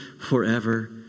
forever